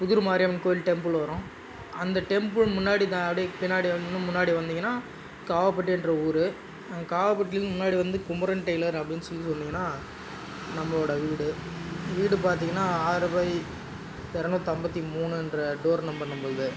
புதூர் மாரியம்மன் கோயில் டெம்புள் வரும் அந்த டெம்புள் முன்னாடி அப்டியே பின்னாடி வந்து முன்னாடி வந்திங்கன்னா காவப்பட்டின்ற ஊர் காவப்பட்டிலேந்து முன்னாடி வந்து குமரன் டெயிலர் அப்படின்னு சொல்லி சொன்னிங்கனா நம்மளோட வீடு வீடு பார்த்திங்கன்னா ஆறு பை இரநூத்தம்பத்தி மூணுன்ற டோர் நம்பர் நம்மளுது